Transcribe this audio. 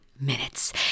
minutes